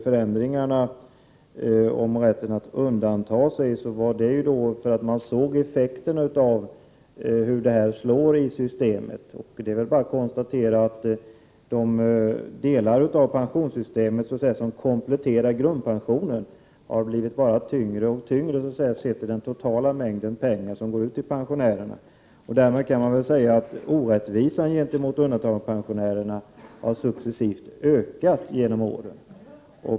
Förändringarna i rätten att undanta sig gjordes för att man såg hur effekterna av denna möjlighet slog i systemet. Det är bara att konstatera att de delar av pensionssystemet som kompletterar grundpensionen har blivit tyngre och tyngre sett i den totala mängd pengar som går ut till pensionärerna. Därmed kan man säga att orättvisan gentemot undantagandepensionärerna successivt har ökat genom åren.